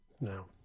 No